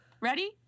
Ready